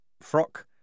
Frock